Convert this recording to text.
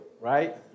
right